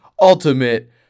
ultimate